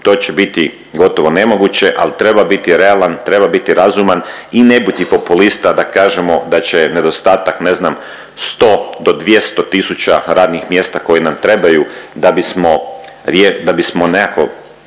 to će biti gotovo nemoguće, ali treba biti realan, treba biti razuman i ne biti populista da kažemo da će nedostatak ne znam 100 do 200 tisuća radnih mjesta koji nam trebaju da bismo rje…